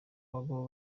bagabo